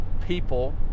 people